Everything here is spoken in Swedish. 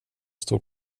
står